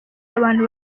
abantu